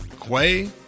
Quay